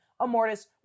Amortis